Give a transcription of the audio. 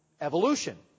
evolution